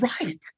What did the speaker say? right